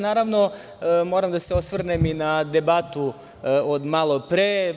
Naravno, moram da se osvrnem i na debatu od malopre.